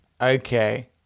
Okay